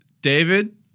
David